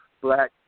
black